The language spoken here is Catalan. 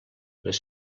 les